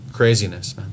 Craziness